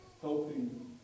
helping